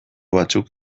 batzuk